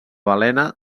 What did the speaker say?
balena